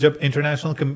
international